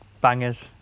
Bangers